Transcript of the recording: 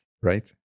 right